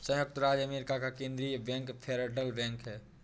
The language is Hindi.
सयुक्त राज्य अमेरिका का केन्द्रीय बैंक फेडरल बैंक है